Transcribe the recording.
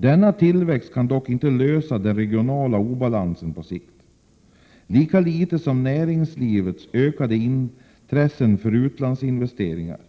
Denna tillväxt kan dock på sikt inte lösa problemet med den regionala obalansen, lika litet som näringslivets ökande intresse för utlandsinvesteringar